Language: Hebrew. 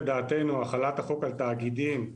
לדעתנו החלת החוק על תאגידים,